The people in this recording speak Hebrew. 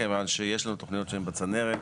כיוון שיש לנו תוכניות שהן בצנרת.